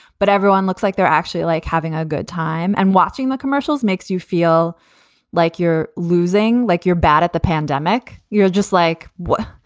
but everyone looks like they're actually like having a good time. and watching the commercials makes you feel like you're losing like you're bad at the pandemic. you're just like, wow,